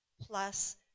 plus